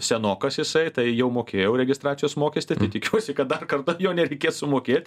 senokas jisai tai jau mokėjau registracijos mokestį tai tikiuosi kad dar kartą jo nereikės sumokėt